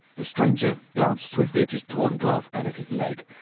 the stranger glanced swiftly at his torn glove and at his leg,